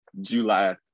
July